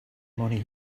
money